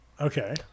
Okay